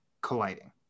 colliding